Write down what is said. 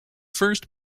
first